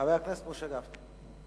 חבר הכנסת משה גפני.